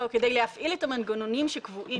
כדי להפעיל את המנגנונים שקבועים,